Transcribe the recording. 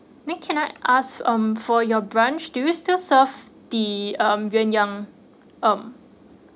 now can I ask um for your branch do you still serve the um yuan yang um